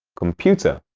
computer,